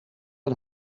een